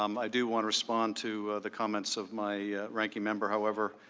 um i do want to respond to the comments of my ranking member, however,